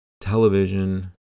television